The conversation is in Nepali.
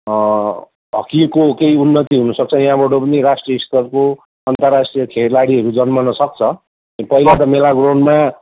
हक्कीको केही उन्नति हुनसक्छ यहाँबाट पनि राष्ट्रिय स्तरको अन्तरराष्ट्रिय खेलाडीहरू जन्मनसक्छ पहिला त मेला ग्राउन्डमा